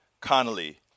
Connolly